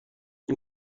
این